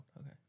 Okay